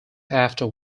after